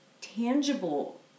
tangible